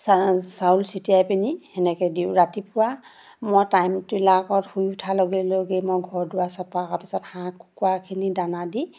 চাউল ছিটিয়াই পিনি সেনেকৈ দিওঁ ৰাতিপুৱা মই টাইম শুই উঠাৰ লগে লগেই মই ঘৰ দুৱাৰ চফা কৰাৰ পিছত হাঁহ কুকুৰাখিনি দানা দি